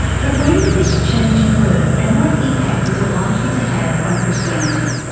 but when did this change occur and what impact is it likely to have on christianity?